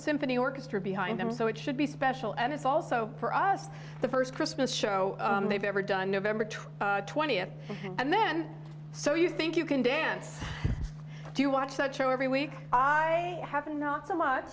symphony orchestra behind them so it should be special and it's also for us the first christmas show they've ever done november true twentieth and then so you think you can dance do you watch that show every week i have no